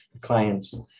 clients